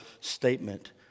statement